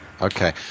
okay